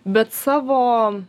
bet savo